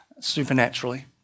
supernaturally